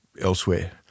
elsewhere